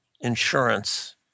insurance